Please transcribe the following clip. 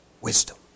wisdom